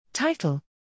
Title